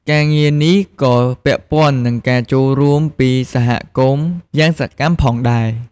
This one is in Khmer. ការងារនេះក៏ពាក់ព័ន្ធនឹងការចូលរួមពីសហគមន៍ យ៉ាងសកម្មផងដែរ។